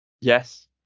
Yes